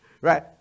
right